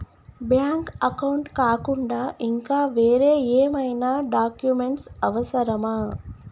Bank account కాకుండా ఇంకా వేరే ఏమైనా డాక్యుమెంట్స్ అవసరమా?